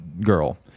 girl